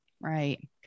Right